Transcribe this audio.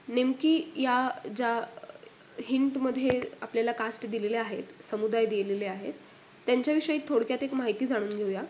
नेमकी या ज्या हिंटमध्ये आपल्याला कास्ट दिलेल्या आहेत समुदाय दिलेले आहेत त्यांच्याविषयी थोडक्यात एक माहिती जाणून घेऊया